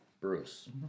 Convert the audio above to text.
Bruce